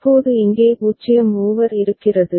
இப்போது இங்கே 0 ஓவர் இருக்கிறது